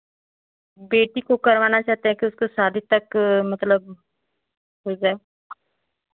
बेटी को करवाना चाहते हैं कि उसके शादी तक मतलब हो जाए